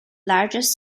largest